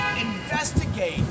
investigate